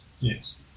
yes